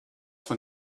von